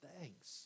thanks